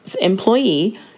employee